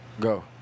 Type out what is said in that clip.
Go